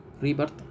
rebirth